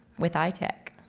with itech?